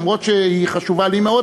למרות שהיא חשובה לי מאוד,